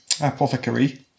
apothecary